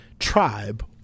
tribe